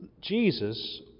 Jesus